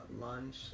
lunch